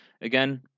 Again